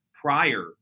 prior